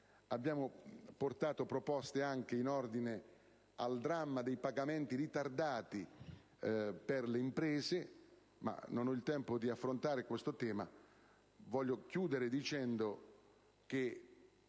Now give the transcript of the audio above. Abbiamo portato proposte anche in ordine al dramma dei pagamenti ritardati per le imprese, ma non ho il tempo di affrontare questo tema. Voglio concludere dicendo che